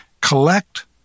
collect